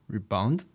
Rebound，